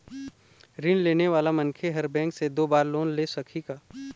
ऋण लेने वाला मनखे हर बैंक से दो बार लोन ले सकही का?